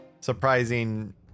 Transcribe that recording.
surprising